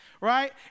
right